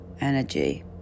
energy